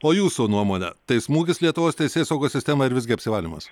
o jūsų nuomone tai smūgis lietuvos teisėsaugos sistemai ar visgi apsivalymas